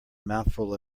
mouthful